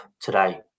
today